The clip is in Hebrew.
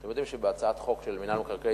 אתם יודעים שבהצעת חוק מינהל מקרקעי